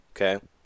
Okay